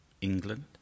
England